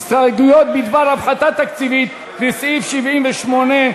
ההסתייגויות בדבר הפחתה תקציבית לסעיף 78,